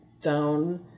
down